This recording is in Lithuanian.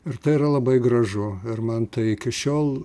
ir tai yra labai gražu ir man tai iki šiol